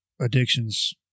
addictions